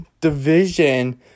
division